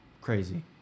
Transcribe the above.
crazy